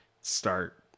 start